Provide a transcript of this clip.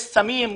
יש סמים,